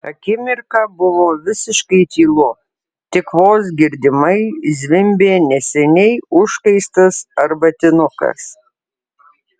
akimirką buvo visiškai tylu tik vos girdimai zvimbė neseniai užkaistas arbatinukas